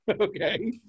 Okay